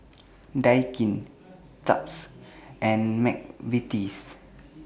Daikin Chaps and Mcvitie's